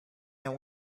and